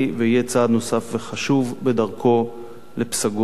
ויהיה צעד נוסף וחשוב בדרכו לפסגות נוספות.